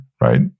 right